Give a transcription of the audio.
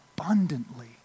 abundantly